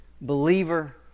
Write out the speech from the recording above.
believer